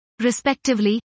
respectively